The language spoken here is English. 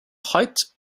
height